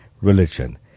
religion